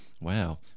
Wow